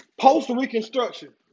post-reconstruction